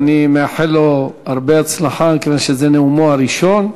ואני מאחל לו הרבה הצלחה מכיוון שזה נאומו הראשון.